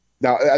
now